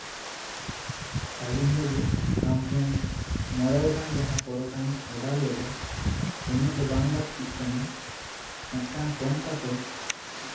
ᱥᱟ ᱜᱩᱱ ᱵᱟ ᱵᱩ ᱟᱢ ᱴᱷᱮᱱ ᱢᱚᱬᱮ ᱜᱚᱴᱟᱱ ᱡᱟᱦᱟᱸ ᱯᱚᱨᱚᱴᱟᱧ ᱚᱰᱟᱨ ᱞᱮᱫᱟ ᱩᱱᱟᱹᱜ ᱫᱚ ᱵᱟᱝ ᱞᱟ ᱠᱛᱤᱜ ᱠᱟᱱᱟ ᱢᱤᱫᱴᱟᱝ ᱠᱚᱢ ᱠᱟᱛᱮ